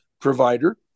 provider